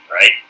right